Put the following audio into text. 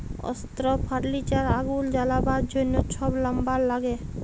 অস্ত্র, ফার্লিচার, আগুল জ্বালাবার জ্যনহ ছব লাম্বার ল্যাগে